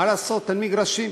מה לעשות, אין מגרשים.